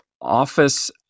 office